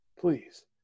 please